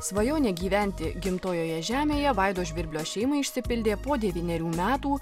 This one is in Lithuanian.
svajonė gyventi gimtojoje žemėje vaido žvirblio šeimai išsipildė po devynerių metų